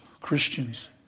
Christians